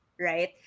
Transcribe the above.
right